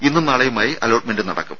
ഇന്നും നാളെയുമായി അലോട്ട്മെന്റ് നടക്കും